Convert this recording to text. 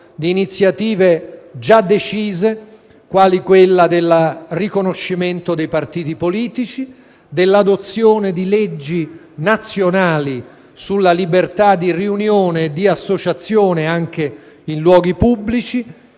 di iniziative già decise, quali il riconoscimento dei partiti politici e l'adozione di leggi nazionali sulla libertà di riunione e di associazione anche in luoghi pubblici: